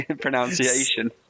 pronunciation